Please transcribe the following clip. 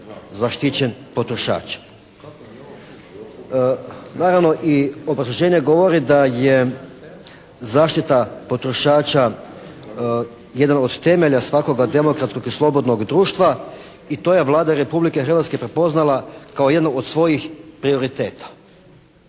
zaštićen potrošač. Naravno i obrazloženje govori da je zaštita potrošača jedan od temelja svakoga demokratskog i slobodnog društva i to je Vlada Republike Hrvatske prepoznala kao jednu od svojih prioriteta.